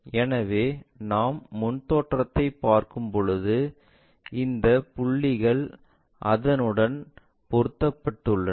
எனவே நாம் முன் தோற்றத்தைப் பார்க்கும்போது இந்த புள்ளிகள் அதனுடன் பொருத்தப்பட்டுள்ளன